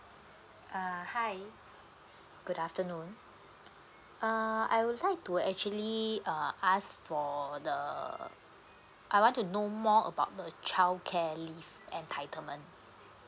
uh hi good afternoon uh I would like to actually uh ask for the I want to know more about the childcare leave entitlement